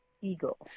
Eagle